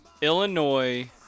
Illinois